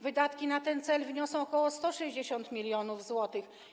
Wydatki na ten cel wyniosą ok. 160 mln zł.